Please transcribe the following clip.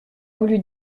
voulu